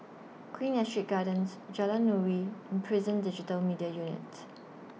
Queen Astrid Gardens Jalan Nuri Prison Digital Media Unit